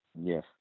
Yes